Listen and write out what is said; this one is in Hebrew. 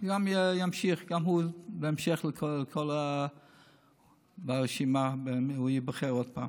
גם הוא ימשיך ברשימה, הוא ייבחר עוד פעם.